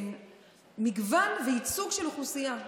עם מגוון וייצוג של אוכלוסייה.